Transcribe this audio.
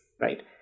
right